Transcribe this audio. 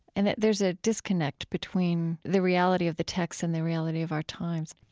and that there's a disconnect between the reality of the text and the reality of our times.